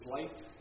light